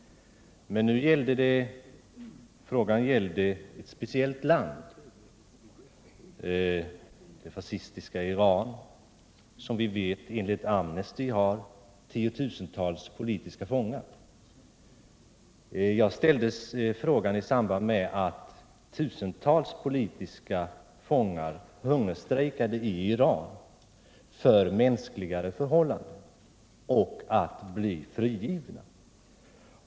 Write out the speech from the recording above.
Men nu gällde frågan ett speciellt land: det fascistiska Iran, som enligt Amnesty har tiotusentals politiska fångar. Jag ställde frågan i samband med att tusentals politiska fångar i Iran hungerstrejkade för mänskligare förhållanden och för att bli frigivna.